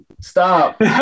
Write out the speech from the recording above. stop